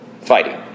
fighting